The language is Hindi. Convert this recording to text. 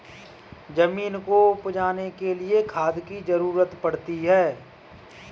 ज़मीन को उपजाने के लिए खाद की ज़रूरत पड़ती है